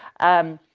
um,